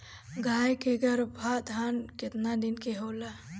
गाय के गरभाधान केतना दिन के होला?